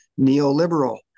neoliberal